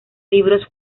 libros